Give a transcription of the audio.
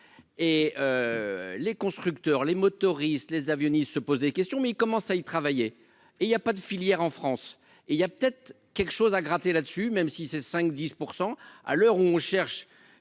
et les constructeurs, les motoristes, les avionique se pose des questions, mais il commence à y travailler, et il y a pas de filière en France et il y a peut-être quelque chose à gratter là-dessus, même si c'est 5 10 %% à l'heure où on cherche